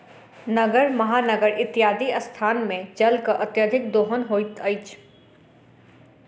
नगर, महानगर इत्यादिक स्थान मे जलक अत्यधिक दोहन होइत अछि